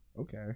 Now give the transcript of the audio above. Okay